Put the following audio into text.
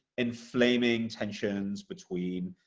inflaming tensions between